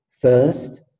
First